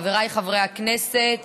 חבריי חברי הכנסת,